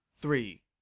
three